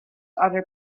other